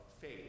faith